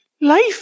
Life